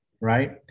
right